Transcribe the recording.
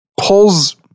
pulls